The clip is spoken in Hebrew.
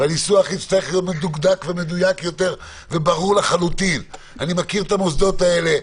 והניסוח יצטרך להיות מדויק וברור לחלוטין אני מכיר את המוסדות האלה,